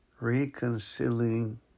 Reconciling